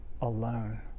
alone